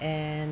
and